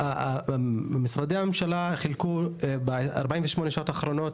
משרדי הממשלה חילקו ב-48 השעות האחרונות,